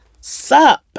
sup